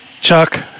Chuck